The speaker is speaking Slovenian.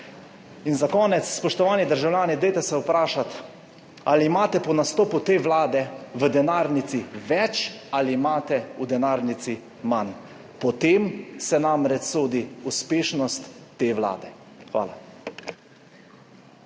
Za konec, spoštovani državljani, vprašajte se, ali imate po nastopu te vlade v denarnici več ali imate v denarnici manj, po tem se namreč sodi uspešnost te vlade. Hvala.